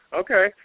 Okay